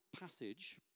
passage